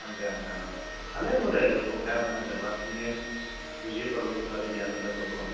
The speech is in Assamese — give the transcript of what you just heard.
বেয়া ৰ ভালে হ'ব দে বেয়া নহয় দে ল'ৰাখিনি বুজি পাব কিবাতো জ্ঞান এটা পাব